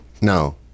No